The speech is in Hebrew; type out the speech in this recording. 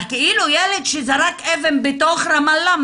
על כאילו ילד שזרק אבן בתוך רמאללה?